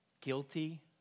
guilty